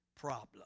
problem